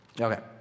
Okay